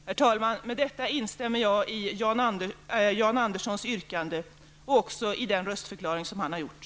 Herr talman! Med detta instämmer jag i Jan Anderssons yrkande och också i den röstförklaring som han gjorde.